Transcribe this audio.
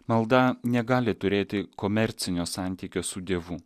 malda negali turėti komercinio santykio su dievu